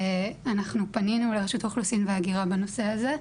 אנחנו פנינו לרשות האוכלוסין וההגירה בנושא הזה.